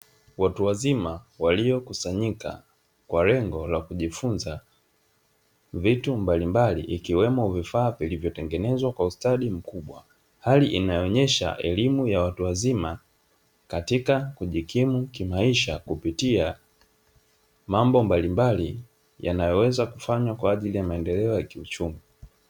Watu wazima waliokusanyika kwa lengo la kujifunza vitu mbalimbali ikiwemo vifaa vilivyotengenezwa kwa ustadi mkubwa. Hali inayoonyesha elimu ya watu wazima katika kujikimu kimaisha kupitia mambo mbalimbali yanayoweza kufanywa kwa ajili ya maendeleo kiuchumi.